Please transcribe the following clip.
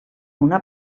una